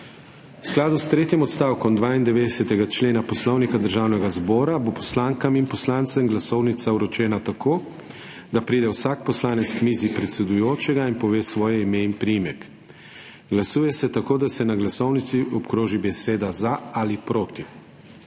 V skladu s tretjim odstavkom 92. člena Poslovnika Državnega zbora bo poslankam in poslancem glasovnica vročena tako, da pride vsak poslanec k mizi predsedujočega in pove svoje ime in priimek. Glasuje se tako, da se na glasovnici obkroži beseda »za« ali »proti«.